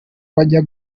bajya